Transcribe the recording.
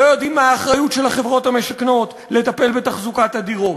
לא יודעים מה האחריות של החברות המשכנות לטפל בתחזוקת הדירות,